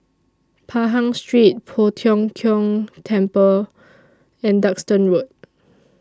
Pahang Street Poh Tiong Kiong Temple and Duxton Road